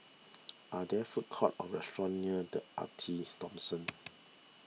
are there food courts or restaurants near the Arte Thomson